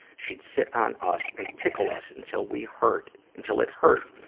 she'd sit on us and tickle us until we hurt, until it hurt,